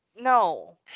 No